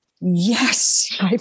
yes